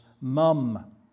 mum